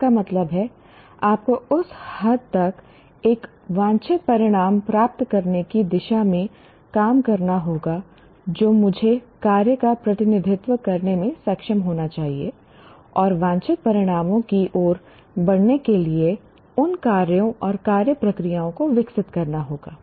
इसका मतलब है आपको उस हद तक एक वांछित परिणाम प्राप्त करने की दिशा में काम करना होगा जो मुझे कार्य का प्रतिनिधित्व करने में सक्षम होना चाहिए और वांछित परिणामों की ओर बढ़ने के लिए उन कार्यों और कार्य प्रक्रियाओं को विकसित करना होगा